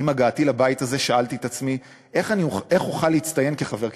עם הגעתי לבית הזה שאלתי את עצמי: איך אוכל להצטיין כחבר כנסת?